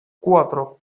cuatro